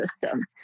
system